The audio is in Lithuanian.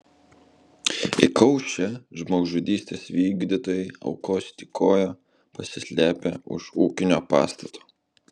įkaušę žmogžudystės vykdytojai aukos tykojo pasislėpę už ūkinio pastato